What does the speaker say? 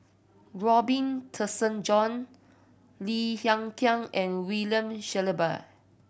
Robin Tessensohn Lim Hng Kiang and William Shellabear